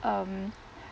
um